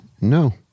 no